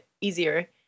easier